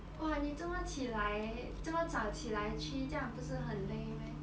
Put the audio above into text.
!wah! 你这么起来这么早起来去这样你不是很累 meh